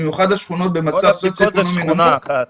במיוחד השכונות במצב סוציו-אקונומי נמוך.